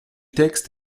texte